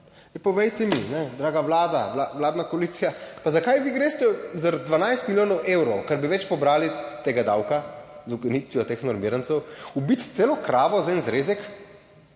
povejte mi, kajne, draga Vlada, vladna koalicija, pa zakaj vi greste zaradi 12 milijonov evrov, kar bi več pobrali tega davka, z ukinitvijo teh normirancev, ubiti celo kravo za en zrezek?